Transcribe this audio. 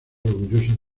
orgulloso